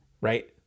right